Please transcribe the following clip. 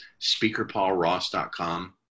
SpeakerPaulRoss.com